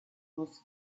was